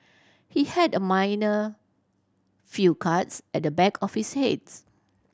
he had a minor few cuts at the back of his heads